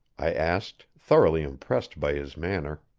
i asked, thoroughly impressed by his manner.